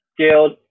Scaled